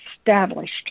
established